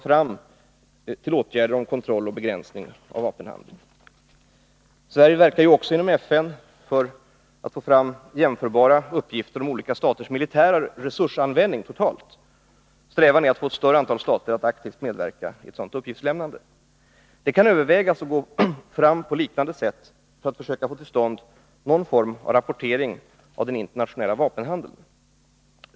Jag vill också erinra om att Sverige verkar för att inom FN få fram jämförbara och tillförlitliga uppgifter om olika staters militära resursanvändning. Strävan är att få ett större antal stater att aktivt medverka i ett sådant uppgiftslämnande. Det kan övervägas att på liknande sätt söka få till stånd någon form av rapportering av den internationella vapenhandeln.